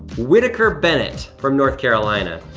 whitaker bennet from north carolina.